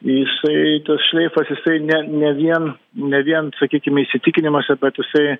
jisai tas šleifas jisai ne ne vien ne vien sakykime įsitikinimas bet jisai